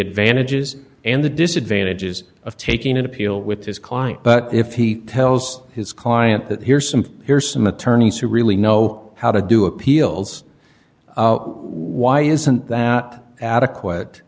advantages and the disadvantages of taking an appeal with his client but if he tells his client that here's some here's some attorneys who really know how to do appeals why isn't that adequate